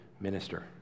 minister